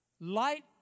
light